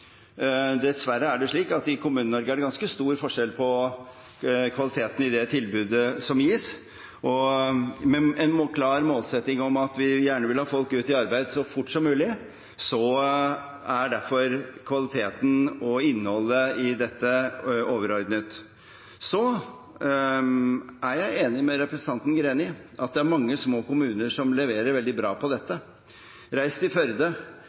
Dessverre er det slik at det i Kommune-Norge er ganske stor forskjell på kvaliteten i det tilbudet som gis. Med en klar målsetting om at vi gjerne vil ha folk ut i arbeid så fort som mulig, er derfor kvaliteten og innholdet i dette overordnet. Jeg er enig med representanten Greni i at det er mange små kommuner som leverer veldig bra på dette. Man kan reise til Førde